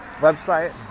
website